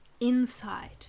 inside